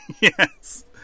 Yes